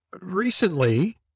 recently